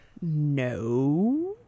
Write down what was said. No